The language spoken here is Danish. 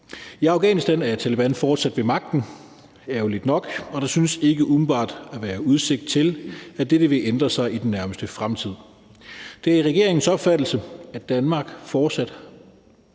I Afghanistan er Taleban fortsat ved magten, ærgerligt nok, og der synes ikke umiddelbart at være udsigt til, at dette vil ændre sig i den nærmeste fremtid. Det er fortsat vores opfattelse, at Danmark har et